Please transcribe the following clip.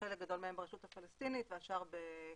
חלק גדול מהם ברשות הפלסטינית והשאר בירדן,